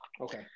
Okay